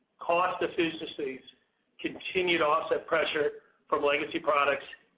cost efficiencies continue to offset pressure from legacy products